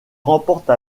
remporte